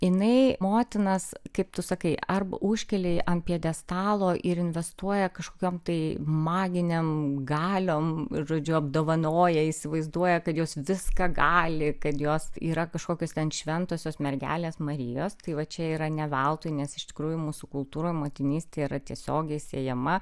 jinai motinas kaip tu sakai arba užkelia ant pjedestalo ir investuoja kažkokiom tai maginėm galiom žodžiu apdovanoja įsivaizduoja kad jos viską gali kad jos yra kažkokios ten šventosios mergelės marijos tai va čia yra ne veltui nes iš tikrųjų mūsų kultūroj motinystė yra tiesiogiai siejama